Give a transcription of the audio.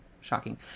Shocking